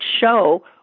show